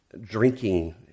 drinking